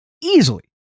easily